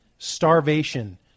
starvation